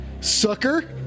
Sucker